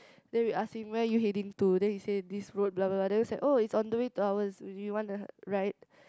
then we ask him where are you heading to then he say this road blah blah blah then we was like oh it's on the way to ours would you want a ride